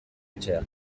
etxea